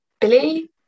Billy